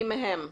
למי לפנות?